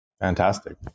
Fantastic